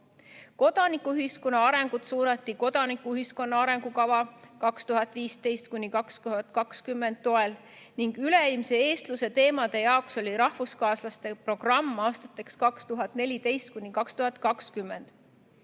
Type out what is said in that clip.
Kodanikuühiskonna arengut suunati "Kodanikuühiskonna arengukava 2015–2020" toel ning üleilmse eestluse teemade jaoks oli rahvuskaaslaste programm aastateks 2014–2020.